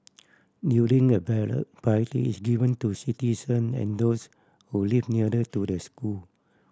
during a ballot priority is given to citizen and those who live nearer to the school